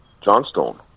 Johnstone